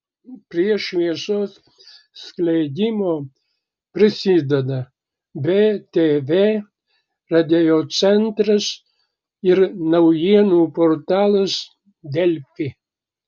prie šviesos skleidimo prisideda btv radiocentras ir naujienų portalas delfi